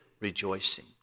rejoicing